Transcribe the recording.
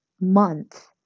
month